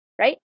right